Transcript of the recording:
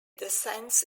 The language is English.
descends